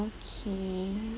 okay